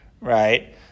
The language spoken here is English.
right